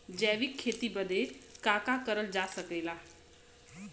जैविक खेती बदे का का करल जा सकेला?